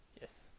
Yes